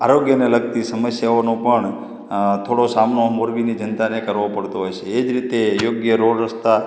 આરોગ્યને લગતી સમસ્યાઓનો પણ અં થોડો સામનો મોરબીની જનતાને કરવો પડતો હોય છે એ જ રીતે યોગ્ય રોડ રસ્તા